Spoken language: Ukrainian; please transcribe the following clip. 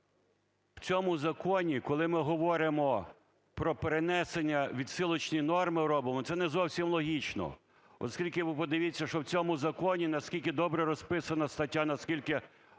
в цьому законі, коли ми говоримо про перенесення, відсилочні норми робимо, це не зовсім логічно, оскільки ви подивіться, що в цьому законі, наскільки добре розписана стаття, наскільки обширно